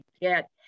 get